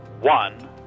one